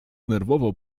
nerwowo